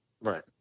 Right